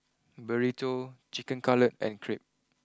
Burrito Chicken Cutlet and Crepe